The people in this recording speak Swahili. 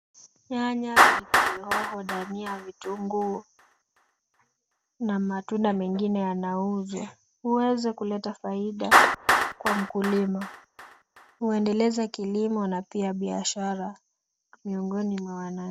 Nyanya ,pilipili hoho, dania, vitunguu na matunda mengine yanauzwa. Huweza kuleta faida kwa mkulima. Huendeleza kilimo na pia biashara miongoni mwa wana--